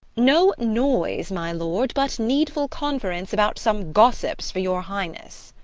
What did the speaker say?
no noise, my lord but needful conference about some gossips for your highness.